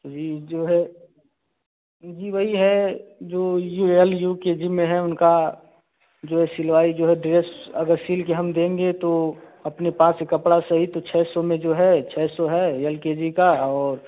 अभी जो है जी वही है जो U L U K G में हैं उनका जो है सिलवाई जो है ड्रेस अगर सील के हम देंगे तो अपने पास से कपड़ा सहित वह छः सौ में जो है छः सौ है एल के जी का और